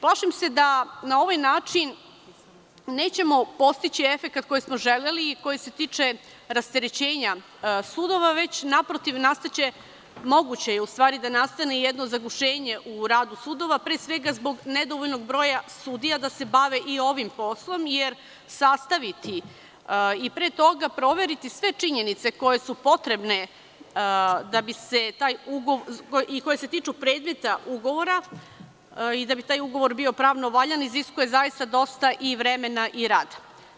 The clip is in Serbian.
Plašim se da na ovaj način nećemo postići efekat koji smo želeli i koji se tiče rasterećenja sudova, već naprotiv nastaće, moguće je u stvari da nastane jedno zagušenje u radu sudova, pre svega zbog nedovoljnog broja sudija da se bave i ovim poslom jer sastaviti i pre toga proveriti sve činjenice koje su potrebne i koje se tiču predmeta ugovora i da bi taj ugovor bio pravno valjan iziskuje zaista dosta i vremena i rada.